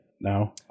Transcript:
now